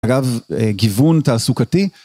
אגב, גיוון תעסוקתי.